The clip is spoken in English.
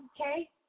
okay